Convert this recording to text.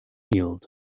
healed